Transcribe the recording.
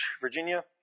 Virginia